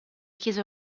chiese